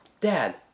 dad